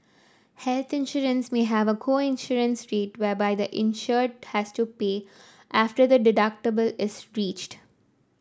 healthy insurance may have a co insurance rate whereby the insured has to pay after the deductible is reached